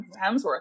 Hemsworth